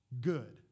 good